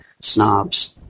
snobs